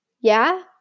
Yeah